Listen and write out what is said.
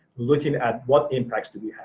looking at what impacts do we have.